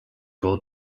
goal